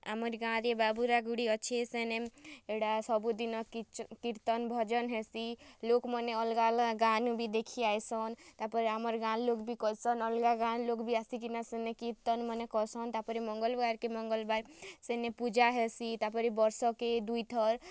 ଆମର୍ ଇ ଗାଁ'ରେ ବାଉରା ଗୁଡ଼ି ଅଛେ ସେନେ ଇ'ଟା ସବୁଦିନ କୀର୍ତ୍ତନ୍ ଭଜନ୍ ହେସି ଲୋକ୍ମାନେ ଅଲ୍ଗା ଅଲ୍ଗା ଗାଁ'ନୁ ବି ଦେଖି ଆଏସନ୍ ତା'ର୍ପରେ ଆମର୍ ଗାଁ'ର୍ ଲୋକ୍ ବି କର୍ସନ୍ ଅଲ୍ଗା ଗାଁ'ର୍ ଲୋକ୍ ବି ଆସିକିନା ସେନେ କି କୀର୍ତ୍ତନ୍ ମାନେ କର୍ସନ୍ ତା'ର୍ପରେ ମଙ୍ଗଲବାର୍ କେ ମଙ୍ଗଲବାର୍ ସେନେ ପୂଜା ହେସି ତା'ର୍ପରେ ବର୍ଷକେ ଦୁଇଥର୍